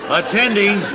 attending